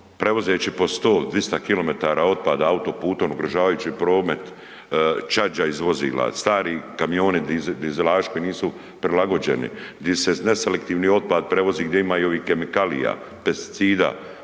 prevozeći po 100, 200 km otpada autoputom ugrožavajući promet, čađa iz vozila, stari kamioni dizelaši koji nisu prilagođeni, di se neselektivni otpad prevozi gdje ima i ovih kemikalija, pesticida,